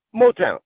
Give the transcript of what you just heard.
Motown